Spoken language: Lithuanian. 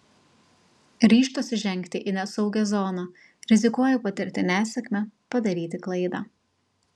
ryžtuosi žengti į nesaugią zoną rizikuoju patirti nesėkmę padaryti klaidą